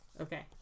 Okay